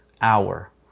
hour